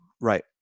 right